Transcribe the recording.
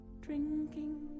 drinking